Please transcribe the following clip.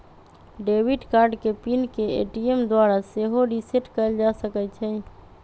debit card के pin के ATM द्वारा सेहो रीसेट कएल जा सकै छइ